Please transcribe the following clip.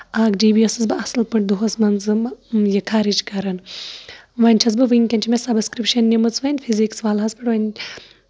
اکھ G B ٲسٕس بہٕ اصٕل پٲٹھۍ مان ژٕ دۄہَس مںٛز خرٕچ کران وۄنۍ چھس بہٕ وٕنکیٚس چھےٚ مےٚ سَبَسکرپشن نِمٕژ وۄنۍ فِزِکٕس والا ہس پٮ۪ٹھ وۄنۍ